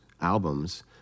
albums